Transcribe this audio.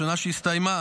בשנה שהסתיימה,